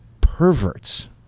perverts